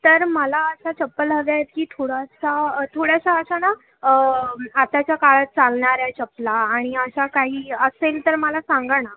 तर मला असं चप्पल हवे आहेत की थोडासा थोड्याश्या अशा ना आताच्या काळात चालणाऱ्या चपला आणि अशा काही असेल तर मला सांगा ना